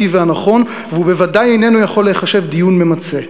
והנכון והוא בוודאי איננו יכול להיחשב דיון ממצה.